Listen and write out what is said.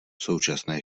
současné